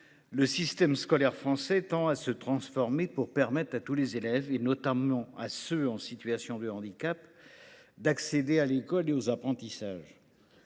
le système scolaire français tend à se transformer pour permettre à tous les élèves, notamment à ceux qui sont en situation de handicap, d’accéder à l’école et aux apprentissages.